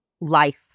life